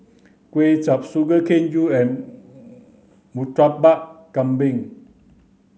kuay chap sugar cane you murtabak kambing